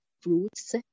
fruits